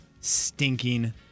stinking